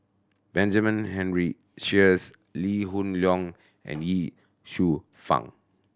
Benjamin Henry Sheares Lee Hoon Leong and Ye Shufang